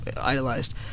idolized